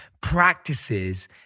practices